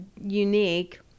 unique